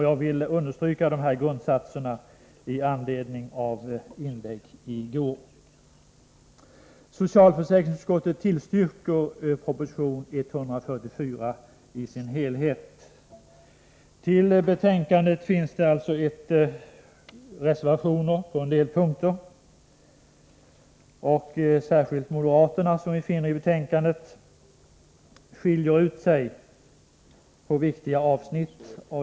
Jag vill, med anledning av inlägg i går, understryka dessa grundsatser. Socialförsäkringsutskottet tillstyrker proposition 144 i dess helhet. Till betänkandet finns det reservationer på en del punkter. Särskilt moderaterna skiljer ut sig på viktiga avsnitt.